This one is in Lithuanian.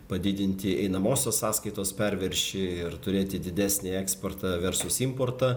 padidinti einamosios sąskaitos perviršį ir turėti didesnį eksportą versus importą